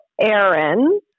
Aaron